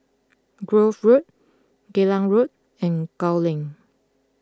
Grove Road Geylang Road and Gul Link